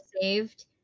saved